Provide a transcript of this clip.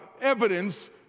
evidence